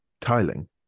tiling